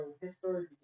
History